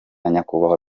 nyakubahwa